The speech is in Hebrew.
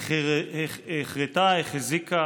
החרתה החזיקה